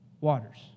waters